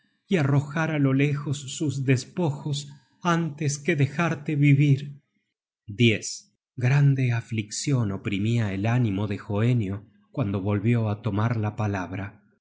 y arrojar á lo lejos sus despojos antes que dejarte vivir grande afliccion oprimia el ánimo de hoenio cuando volvió á tomar la palabra